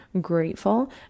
grateful